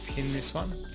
pin this one.